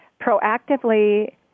proactively